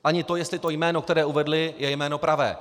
Ani to, jestli to jméno, které uvedli, je jméno pravé.